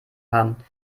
haben